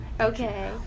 Okay